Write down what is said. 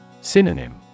Synonym